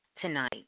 tonight